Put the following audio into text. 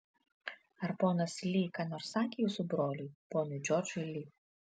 ar ponas li ką nors sakė jūsų broliui ponui džordžui li